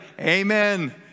amen